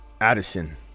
Addison